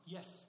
Yes